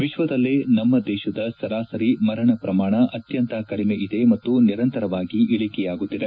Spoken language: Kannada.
ವಿಶ್ವದಲ್ಲೇ ನಮ್ನ ದೇತದ ಸರಾಸರಿ ಮರಣ ಪ್ರಮಾಣ ಅತ್ಯಂತ ಕಡಿಮೆ ಇದೆ ಮತ್ತು ನಿರಂತರವಾಗಿ ಇಳಿಕೆಯಾಗುತ್ತಿದೆ